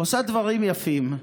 עושה דברים יפים,